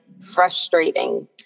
frustrating